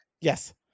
Yes